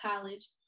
college